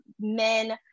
men